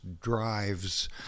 drives